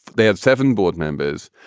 they had seven board members.